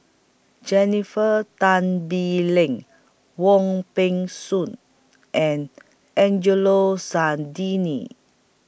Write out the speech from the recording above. Jennifer Tan Bee Leng Wong Peng Soon and Angelo